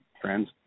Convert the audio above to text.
friends